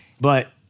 But-